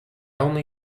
only